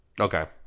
okay